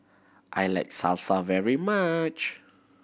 I like Salsa very much